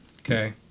Okay